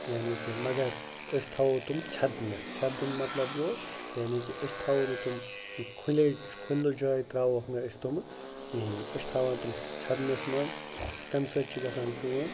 یعنی کہِ مگر أسۍ تھاوو تِم ژھٮ۪دنِس ژھٮ۪دُن مطلب گوٚو یعنی کہِ أسۍ تھاوو نہٕ تِم یہِ کُھلے کھُلہٕ جایہِ ترٛاوکھ نہٕ أسۍ تِمہٕ کِہیٖنۍ أسۍ چھِ تھاوان تِم ژھٮ۪دنَس منٛز تَمہِ سۭتۍ چھِ گَژھان کٲم